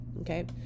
Okay